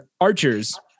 Archers